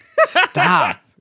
stop